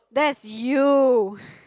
that's you